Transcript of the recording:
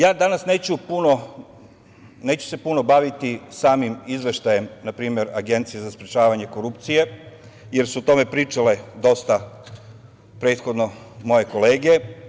Ja danas se neću puno baviti samim izveštajem, npr. Agencije za sprečavanje korupcije, jer su o tome pričale dosta prethodno moje kolege.